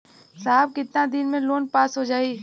साहब कितना दिन में लोन पास हो जाई?